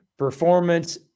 Performance